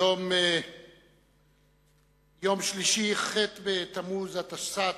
היום יום שלישי, ח' בתמוז התשס"ט,